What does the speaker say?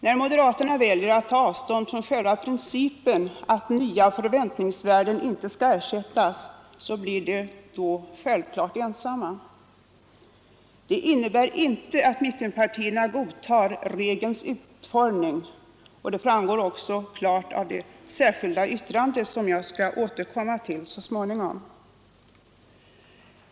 När moderaterna väljer att ta avstånd från själva principen att nya förväntningsvärden inte skall ersättas blir de självklart ensamma. Det innebär inte att mittenpartierna godtar regelns utformning, och det framgår klart av det särskilda yttrandet som jag skall återkomma till så småningom.